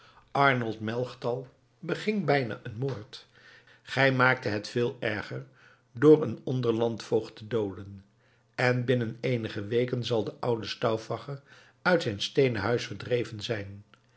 arnold melchtal beging bijna een moord gij maaktet het veel erger door een onder landvoogd te dooden en binnen eenige weken zal de oude stauffacher uit zijn steenen huis verdreven zijn